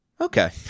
Okay